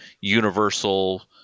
universal